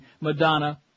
Madonna